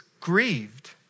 grieved